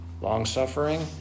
long-suffering